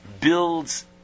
builds